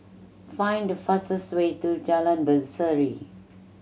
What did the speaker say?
find the fastest way to Jalan Berseri